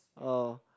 oh